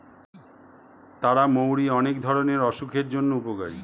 তারা মৌরি অনেক ধরণের অসুখের জন্য উপকারী